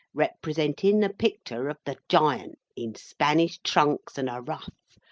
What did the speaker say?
representin the picter of the giant, in spanish trunks and a ruff,